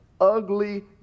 ugly